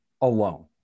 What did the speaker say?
alone